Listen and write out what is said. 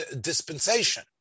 dispensation